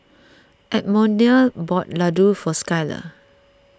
Edmonia bought Ladoo for Skyler